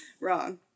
wrong